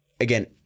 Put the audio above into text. again